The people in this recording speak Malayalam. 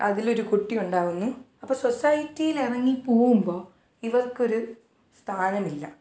അതിലൊരു കുട്ടിയുണ്ടാവുന്നു അപ്പോൾ സൊസൈറ്റീലിറങ്ങി പോവുമ്പോൾ ഇവർക്കൊരു സ്ഥാനമില്ല